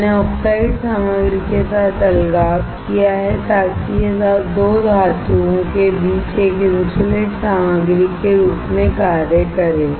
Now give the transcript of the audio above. मैंने ऑक्साइड सामग्री के साथ अलगाव किया है ताकि यह 2 धातुओं के बीच एक इन्सुलेट सामग्री के रूप में कार्य करे